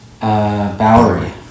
Bowery